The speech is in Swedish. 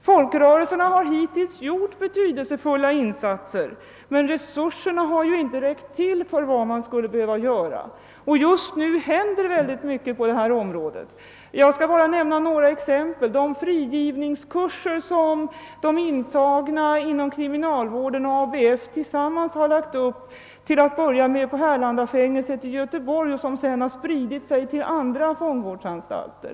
Folkrörelserna har hittills gjort betydelsefulla insatser i det avseende det här gäller, men resurserna har inte räckt till för vad man skulle behöva göra. Just nu händer mycket på detta område. Jag skall bara nämna några exempel. De som är intagna inom kriminalvården och ABF har tillsammans lagt upp s.k. frigivningskurser till att börja med inom Härlandafängleset i Göteborg, och denna verksamhet har spritt sig till andra fångvårdsanstalter.